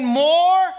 more